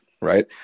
right